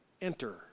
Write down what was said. enter